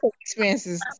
experiences